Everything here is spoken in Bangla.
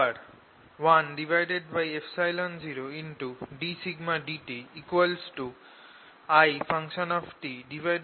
আবার 10 dσdt IA0 হবে